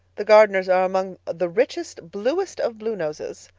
the gardners are among the richest, bluest, of bluenoses.